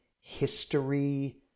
history